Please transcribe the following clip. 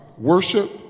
worship